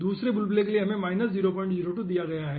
और दूसरे बुलबुले के लिए हमें माइनस 002 दिया गया है